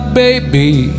baby